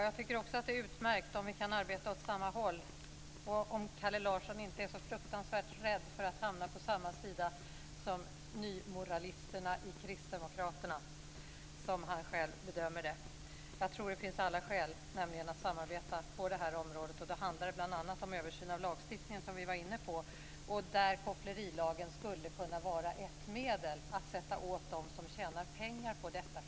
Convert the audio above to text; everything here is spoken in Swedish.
Jag tycker också att det är utmärkt om vi kan arbeta åt samma håll, och det kan vi kanske göra om Kalle Larsson inte är så fruktansvärt rädd för att hamna på samma sida som nymoralisterna - det är han själv som säger det - i Kristdemokraterna. Jag tror nämligen att det finns alla skäl att samarbeta på det här området. Och då handlar det bl.a. om en översyn av lagstiftningen, som vi var inne på. Där skulle kopplerilagen kunna vara ett medel att sätta åt dem som tjänar pengar på detta.